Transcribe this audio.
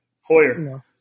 Hoyer